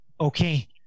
Okay